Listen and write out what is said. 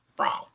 wrong